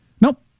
Nope